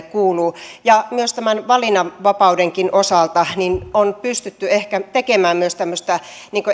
kuuluu myös valinnanvapauden osalta on mahdollistanut ehkä myös tämmöisen